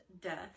death